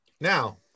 Now